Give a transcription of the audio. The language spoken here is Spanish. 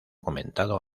comentado